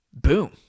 boom